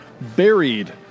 buried